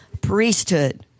priesthood